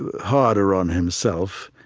harder on himself,